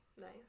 Nice